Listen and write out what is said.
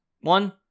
one